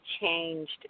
changed